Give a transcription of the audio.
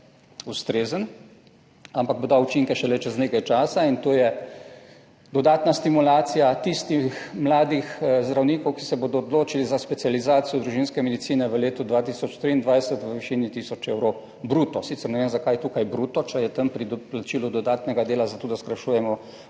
ustrezen, ampak bo dal učinke šele čez nekaj časa, in to je dodatna stimulacija tistih mladih zdravnikov, ki se bodo odločili za specializacijo družinske medicine v letu 2023 v višini tisoč evrov bruto. Sicer ne vem, zakaj je tukaj bruto, če je tam pri doplačilu dodatnega dela za to, da skrajšujemo